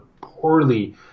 poorly